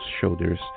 shoulders